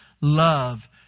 love